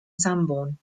sanborn